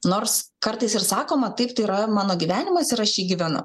nors kartais ir sakoma taip tai yra mano gyvenimas ir aš jį gyvenu